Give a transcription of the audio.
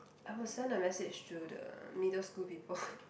I will send a message to the middle school people